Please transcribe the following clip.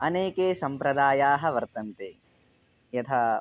अनेके सम्प्रदायाः वर्तन्ते यथा